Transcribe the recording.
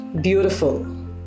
Beautiful